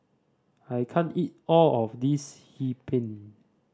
I can't eat all of this Hee Pan